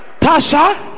Tasha